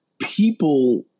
people